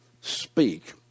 speak